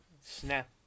Snap